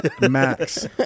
max